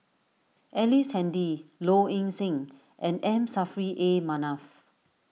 Ellice Handy Low Ing Sing and M Saffri A Manaf